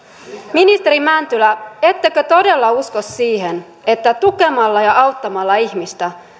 ministeri mäntylä ettekö todella usko siihen että tukemalla ja auttamalla ihmistä